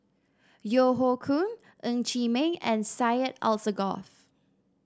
Yeo Hoe Koon Ng Chee Meng and Syed Alsagoff